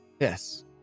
Yes